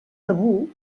tabú